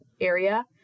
area